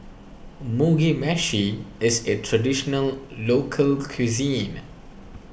Mugi Meshi is a Traditional Local Cuisine